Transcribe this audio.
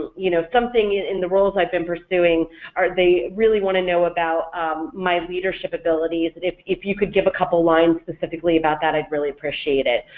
you know something in the roles i've been pursuing or they really want to know about my leadership abilities, if if you could give a couple lines specifically about that i'd really appreciate it.